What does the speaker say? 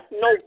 no